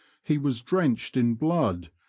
he was drenched in blood,